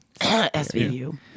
SVU